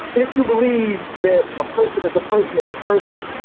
if you believe that a person is a person is a person,